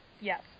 yes